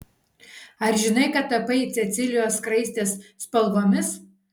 ar žinai kad tapai cecilijos skraistės spalvomis